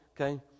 okay